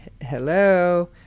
hello